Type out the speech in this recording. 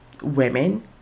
women